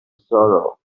sorrow